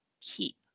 keep